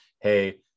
Hey